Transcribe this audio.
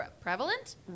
prevalent